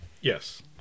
yes